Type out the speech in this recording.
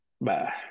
bye